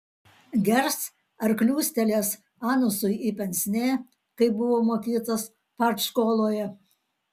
gers ar kliūstelės anusui į pensnė kaip buvo mokytas partškoloje